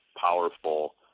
powerful